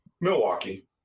Milwaukee